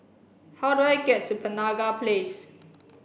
how do I get to Penaga Place